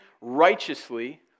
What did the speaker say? righteously